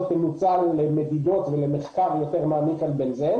תנוצל למדידות ולמחקר יותר מעמיק על פורמלדהיד